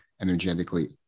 energetically